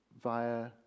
via